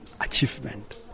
achievement